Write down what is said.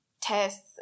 tests